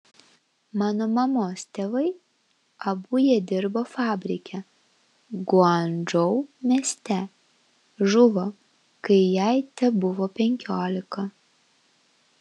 mano mamos tėvai abu jie dirbo fabrike guangdžou mieste žuvo kai jai tebuvo penkiolika